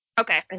Okay